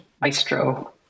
maestro